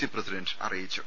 C president അറിയിച്ചു